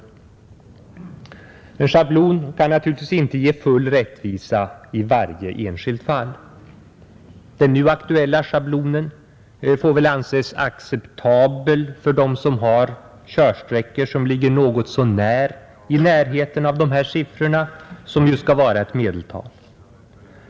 En schablon kan naturligtvis inte ge full rättvisa i varje enskilt fall. Den nu aktuella schablonen får väl anses acceptabel för dem som har körsträckor någorlunda i närheten av de här siffrorna, som ju skall vara medeltal.